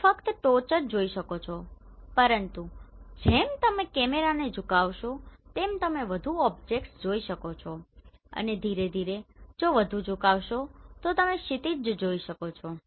તમે ફક્ત ટોચ જ જોઈ શકો છો પરંતુ જેમ તમે કેમેરાને ઝુકાવશો તેમ તમે વધુ ઓબ્જેક્ટ્સ જોઈ શકો છો અને ધીરે ધીરે જો વધુ ઝુકાવશો તો તમે ક્ષિતિજ જોઈ શકો છો